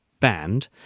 Banned